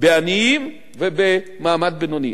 בעניים ובמעמד בינוני.